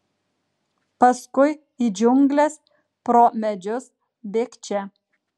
paskui į džiungles pro medžius bėgčia